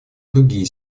другие